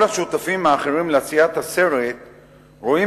כל השותפים האחרים לעשיית הסרט רואים